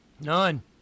None